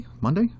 Monday